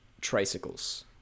tricycles